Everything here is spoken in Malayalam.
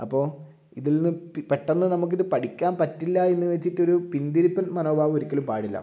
അപ്പോൾ ഇതിൽ നിന്ന് പെട്ടെന്ന് നമുക്കിത് പഠിക്കാൻ പറ്റില്ല എന്ന് വെച്ചിട്ടൊരു പിന്തിരിപ്പൻ മനോഭാവം ഒരിക്കലും പാടില്ല